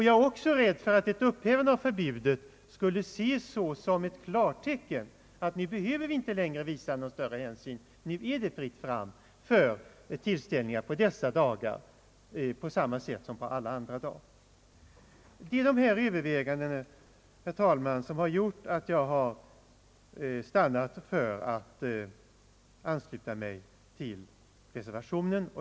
Jag är också rädd för att ett upp hävande av förbudet skulle ses såsom ett klartecken, att nu behöver man inte längre visa någon större hänsyn, nu är det fritt fram för tillställningar under ifrågavarande dagar på samma sätt som alla andra dagar. Det är dessa överväganden, herr talman, som har gjort att jag stannat för att ansluta mig till reservationen.